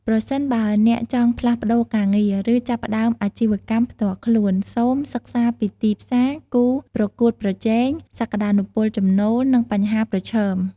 ប្រសិនបើអ្នកចង់ផ្លាស់ប្ដូរការងារ ឬចាប់ផ្ដើមអាជីវកម្មផ្ទាល់ខ្លួន សូមសិក្សាពីទីផ្សារ គូប្រកួតប្រជែង សក្ដានុពលចំណូល និងបញ្ហាប្រឈម។